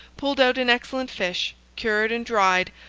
pulled out an excellent fish, cured and dried,